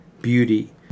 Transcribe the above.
beauty